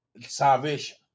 salvation